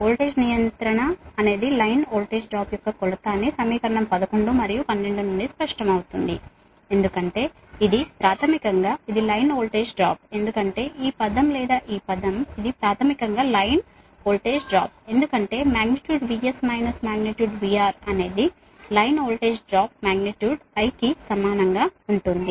voltage regulation అనేది line voltage drop యొక్క కొలత అని సమీకరణం 11 మరియు 12 నుండి స్పష్టమవుతుంది ఎందుకంటే ఇది ప్రాథమికం గా లైన్ వోల్టేజ్ డ్రాప్ ఎందుకంటే ఇది ప్రాథమికం గా లైన్ వోల్టేజ్ డ్రాప్ ఎందుకంటే magnitude VS minus magnitude VR అనేది line voltage drop magnitude I కి సమానం గా ఉంటుంది